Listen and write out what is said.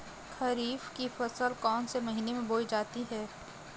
खरीफ की फसल कौन से महीने में बोई जाती है?